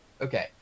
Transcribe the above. Okay